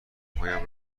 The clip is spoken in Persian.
هایم